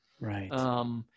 Right